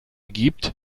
gibt